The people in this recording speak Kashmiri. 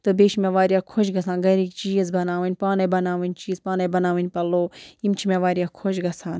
تہٕ بیٚیہِ چھِ مےٚ واریاہ خۄش گَژھان گَرِکۍ چیٖز بَناوٕنۍ پانَے بَناوٕنۍ چیٖز پانَے بَناوٕنۍ پَلو یِم چھِ مےٚ وارِیاہ خۄش گَژھان